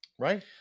Right